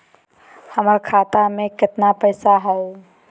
हमर खाता मे केतना पैसा हई?